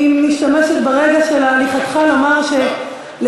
אני משתמשת ברגע של הליכתך לומר שלדעתי,